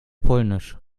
polnisch